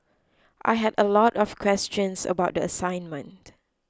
I had a lot of questions about the assignment